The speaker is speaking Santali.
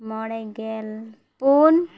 ᱢᱚᱬᱮ ᱜᱮᱞ ᱯᱩᱱ